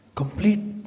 complete